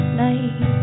night